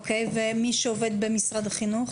ומי שעובד במשרד החינוך?